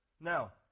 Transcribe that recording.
Now